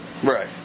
Right